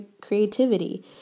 creativity